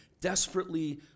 desperately